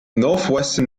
northwestern